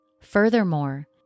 Furthermore